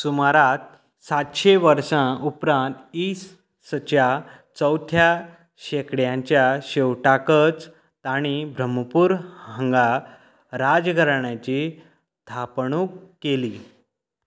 सुमारा सातशे वर्सां उपरांत इस् सच्या चवथ्या शेंकड्याच्या शेवटाकच तांणी ब्रह्मपूर हांगा राजघराण्याची थापणूक केली